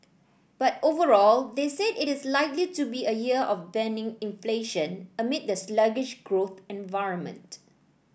but overall they said it is likely to be a year of benign inflation amid the sluggish growth environment